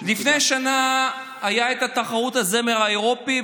לפני שנה הייתה תחרות הזמר האירופי,